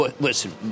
Listen